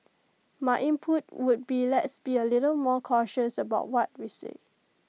my input would be let's be A little more cautious about what we say